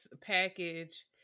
package